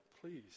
please